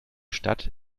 stadt